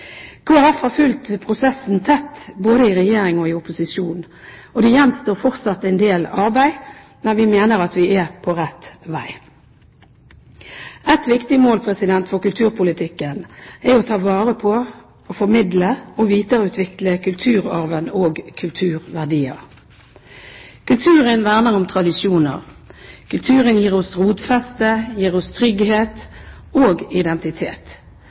Folkeparti har fulgt prosessen tett både i regjering og i opposisjon. Det gjenstår fortsatt en del arbeid, men vi mener at vi er på rett vei. Et viktig mål for kulturpolitikken er å ta vare på, formidle og videreutvikle kulturarven og kulturverdier. Kulturen verner om tradisjoner. Kulturen gir oss rotfeste, trygghet og identitet.